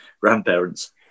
grandparents